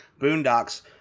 Boondocks